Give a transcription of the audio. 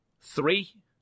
three